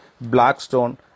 Blackstone